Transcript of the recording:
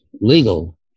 legal